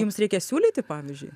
jums reikia siūlyti pavyzdžiui